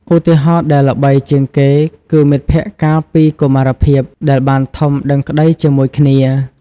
ឧទាហរណ៍ដែលល្បីជាងគេគឺមិត្តភក្តិកាលពីកុមារភាព ដែលបានធំដឹងក្តីជាមួយគ្នា។